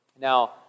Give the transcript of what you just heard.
Now